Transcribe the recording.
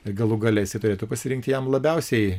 ir galų gale jisai turėtų pasirinkti jam labiausiai